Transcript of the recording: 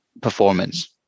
performance